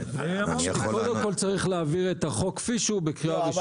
אמרתי שקודם כל צריך להעביר את החוק כפי שהוא בקריאה ראשונה.